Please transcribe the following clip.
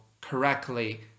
correctly